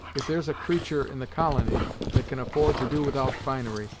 if there's a creatur' in the colony that can afford to do without finery,